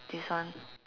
this one